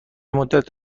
مدت